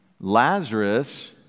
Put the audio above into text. Lazarus